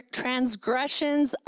transgressions